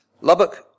Lubbock